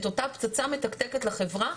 את אותה פצצה מתקתקת לחברה,